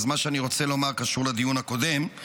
אז מה שאני רוצה לומר קשור לדיון הקודם.